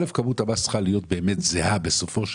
ראשית, כמות המס צריכה להיות באמת זהה לסיגריות.